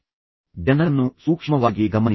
ನಿಮ್ಮ ಸುತ್ತಮುತ್ತಲಿನ ಜನರನ್ನು ಸೂಕ್ಷ್ಮವಾಗಿ ಗಮನಿಸಿ